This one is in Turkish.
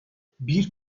bir